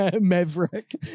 maverick